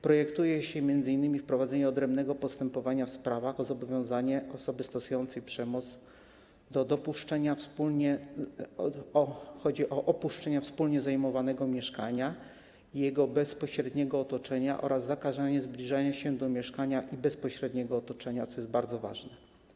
Proponuje się m.in. wprowadzenie odrębnego postępowania w sprawach o zobowiązanie osoby stosującej przemoc do opuszczenia wspólnie zajmowanego mieszkania i jego bezpośredniego otoczenia oraz zakazanie zbliżania się do mieszkania i bezpośredniego otoczenia, co jest bardzo ważne.